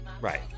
Right